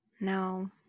No